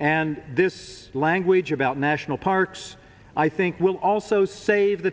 and this language about national parks i think will also save the